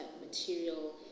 material